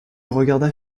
regarda